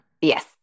Yes